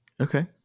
Okay